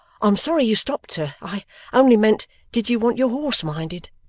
i'm sorry you stopped, sir. i only meant did you want your horse minded